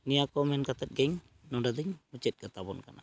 ᱱᱤᱭᱟᱹᱠᱚ ᱢᱮᱱᱠᱟᱛᱮ ᱜᱤᱧ ᱱᱚᱰᱮᱫᱩᱧ ᱢᱩᱪᱟᱹᱫ ᱠᱟᱛᱟ ᱵᱚᱱ ᱠᱟᱱᱟ